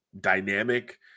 dynamic